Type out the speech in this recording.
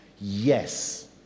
Yes